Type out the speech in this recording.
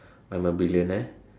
I'm a billionare